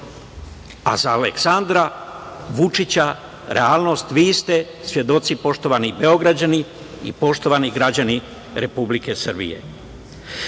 a za Aleksandra Vučića realnost, vi ste svedoci poštovani Beograđani i poštovani građani Republike Srbije. Tako